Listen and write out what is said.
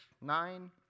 nine